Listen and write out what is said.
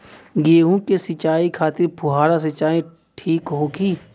गेहूँ के सिंचाई खातिर फुहारा सिंचाई ठीक होखि?